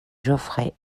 geoffrey